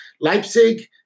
Leipzig